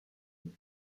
and